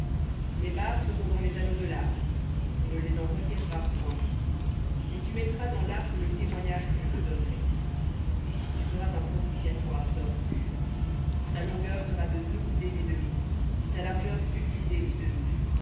les barres seront dans les anneaux de l'arche on ne les en retirera point et tu mettras dans l'arche le témoignage que je te donnerai et tu feras un propitiatoire d'or pur sa longueur sera de deux coudées et demie et sa largeur d'une coudée et demie